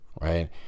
right